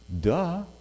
duh